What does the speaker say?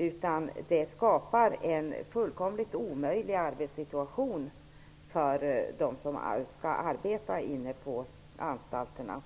Över huvud taget blir arbetssituationen helt omöjlig för dem som arbetar på anstalterna.